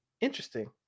Interesting